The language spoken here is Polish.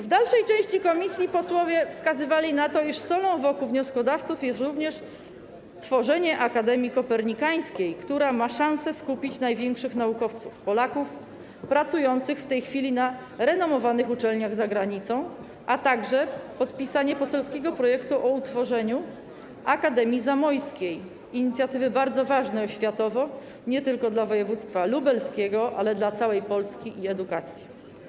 W dalszej części komisji posłowie wskazywali na to, iż solą w oku wnioskodawców jest również tworzenie akademii kopernikańskiej, która ma szansę skupić największych naukowców, Polaków pracujących w tej chwili na renomowanych uczelniach za granicą, a także podpisanie poselskiego projektu o utworzeniu Akademii Zamojskiej - inicjatywy bardzo ważnej oświatowo nie tylko dla województwa lubelskiego, ale dla całej Polski i edukacji.